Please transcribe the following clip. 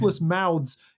mouths